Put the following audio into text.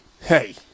Hey